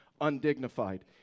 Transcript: Undignified